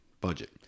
budget